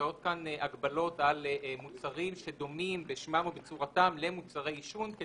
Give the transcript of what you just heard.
מוצעות כאן הגבלות על מוצרים שדומים בשמם או בצורתם למוצרי עישון,